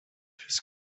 his